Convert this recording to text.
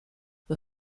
the